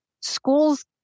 schools